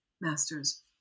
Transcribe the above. masters